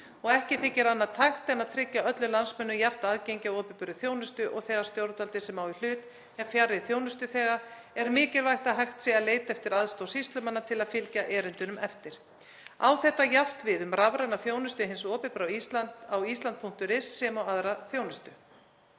Ekki þykir annað tækt en að tryggja öllum landsmönnum jafnt aðgengi að opinberri þjónustu og þegar stjórnvaldið sem á í hlut er fjarri þjónustuþega er mikilvægt að hægt sé að leita eftir aðstoð sýslumanna til að fylgja erindunum eftir. Á þetta jafnt við um rafræna þjónustu hins opinbera á Ísland.is sem og aðra þjónustu.